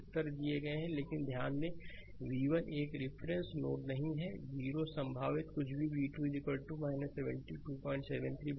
उत्तर दिए गए हैं v1 लेकिन ध्यान दें कि v2 एक रिफरेंस नोड नहीं है कि 0 संभावित कुछ भी v2 7273 वोल्ट नहीं है उत्तर दिए गए हैं